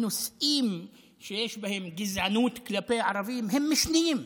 הנושאים שיש בהם גזענות כלפי ערבים הם משניים.